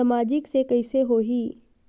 सामाजिक से कइसे होही?